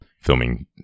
filming